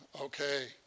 Okay